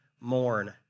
mourn